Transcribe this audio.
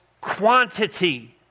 Quantity